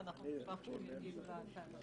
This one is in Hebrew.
ונשמח שהוא יגיב לטענה.